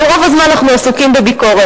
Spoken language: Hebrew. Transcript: אבל רוב הזמן אנחנו עסוקים בביקורת.